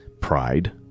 Pride